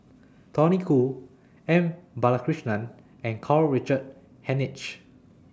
Tony Khoo M Balakrishnan and Karl Richard Hanitsch